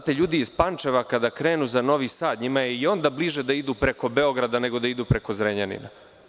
Ljudi iz Pančeva, kada krenu za Novi Sad, njima je i onda bliže da idu preko Beograda, nego da idu preko Zrenjanina.